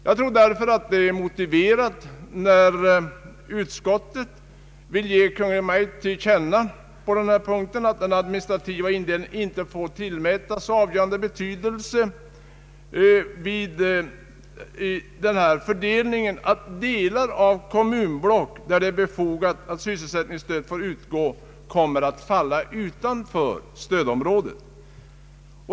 Det är därför motiverat när utskottet vill ge Kungl. Maj:t till känna ”att den administrativa indelningen inte tillmäts så avgörande inflytande vid gränsdragningen att delar av kommunblock, där det är befogat att sysselsättningsstöd får utgå, kommer att falla utanför stödområdet”.